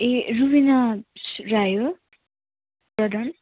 ए रुबिना राई हो प्रधान